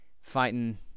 Fighting